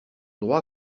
droits